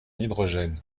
hydrogène